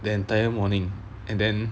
the entire morning and then